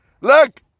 Look